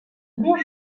bons